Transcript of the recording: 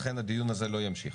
לכן הדיון הזה לא ימשיך,